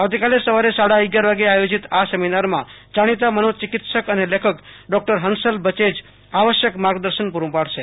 આવતીકાલે સવારે સાડા અગિયાર વાગ્યે આયોજિત આ સેમિનારમાં જાણિતા મનોચિકિત્સક અને લેખક ડોકટર હંસલ ભરોજ આવશ્યક માગદર્શન પુરું પાડશે